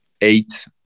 eight